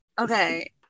Okay